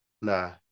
Nah